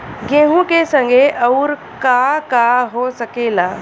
गेहूँ के संगे अउर का का हो सकेला?